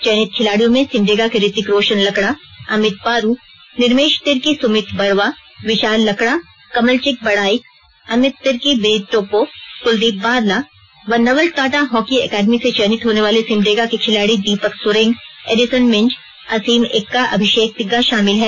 चयनित खिलाड़ियों में सिमडेगा के रीतिक रोशन लकड़ाअमित बारू निर्मेश तिर्की सुमित बरवा विशाल लकड़ा कमल चीक बड़ाईक अमित तिर्की बिनित टोप्पो कुलदीप बारला व नवल टाटा हॉकी एकेडमी से चयनित होने वाले सिमडेगा के खिलाड़ी दीपक सोरेंग एडिसन मिज असीम एक्का अभिषेक तिग्गा शामिल हैं